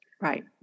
Right